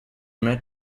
met